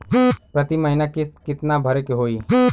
प्रति महीना किस्त कितना भरे के होई?